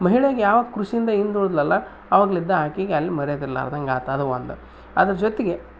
ಮಹಿಳೇಗೆ ಯಾವಾಗ ಕೃಷಿಯಿಂದ ಹಿಂದ್ ಉಳಿದ್ಲಲ್ಲ ಅವಾಗ್ಲಿದ್ದ ಆಕೆಗ್ ಅಲ್ಲಿ ಮರ್ಯಾದೆ ಇರ್ಲಾರ್ದಂಗೆ ಆತು ಅದು ಒಂದು ಅದ್ರ ಜೊತೆಗೆ